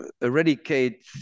eradicate